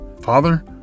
father